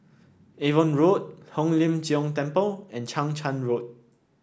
Avon Road Hong Lim Jiong Temple and Chang Charn Road